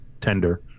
tender